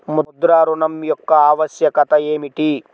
ముద్ర ఋణం యొక్క ఆవశ్యకత ఏమిటీ?